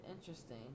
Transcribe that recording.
interesting